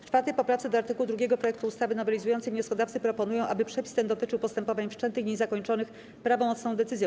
W 4. poprawce do art. 2 projektu ustawy nowelizującej wnioskodawcy proponują, aby przepis ten dotyczył postępowań wszczętych i niezakończonych prawomocną decyzją.